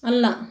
ಅಲ್ಲ